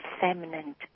feminine